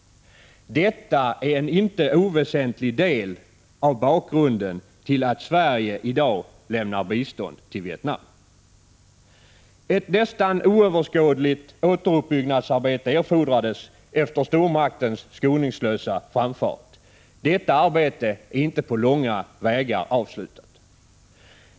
Detta är en inte oväsentlig del av bakgrunden till att Sverige i dag lämnar bistånd till Vietnam. Ett nästan oöverskådligt återuppbyggnadsarbete erfordrades efter stormaktens skoningslösa framfart. Detta arbete är inte på långa vägar avslutat.